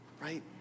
right